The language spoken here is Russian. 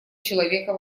человека